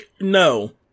no